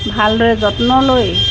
ভালদৰে যত্ন লৈ